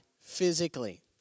physically